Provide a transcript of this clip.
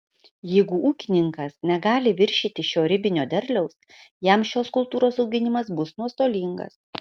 jeigu ūkininkas negali viršyti šio ribinio derliaus jam šios kultūros auginimas bus nuostolingas